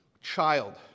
child